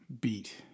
beat